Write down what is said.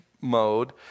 mode